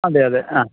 അതെ അതെ ആ